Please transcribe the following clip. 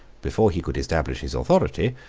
before he could establish his authority,